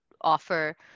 offer